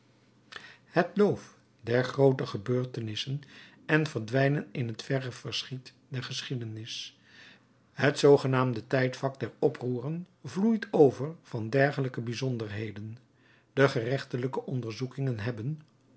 het loof der groote gebeurtenissen en verdwijnen in het verre verschiet der geschiedenis het zoogenaamde tijdvak der oproeren vloeit over van dergelijke bijzonderheden de gerechtelijke onderzoekingen hebben